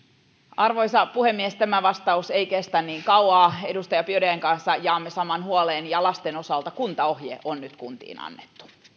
arvoisa puhemies tämä vastaus ei kestä niin kauan edustaja biaudetn kanssa jaamme saman huolen ja lasten osalta kuntaohje on nyt kuntiin annettu